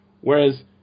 whereas